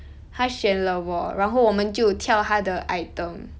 他选了我然后我们就跳他的 item